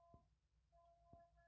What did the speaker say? जीवन बीमा के लिए आवेदन कैसे करें?